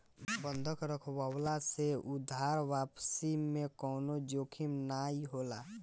बंधक रखववला से उधार वापसी में कवनो जोखिम नाइ होला